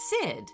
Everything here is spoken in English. Sid